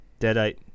Deadite